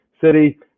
City